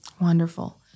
Wonderful